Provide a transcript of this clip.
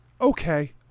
Okay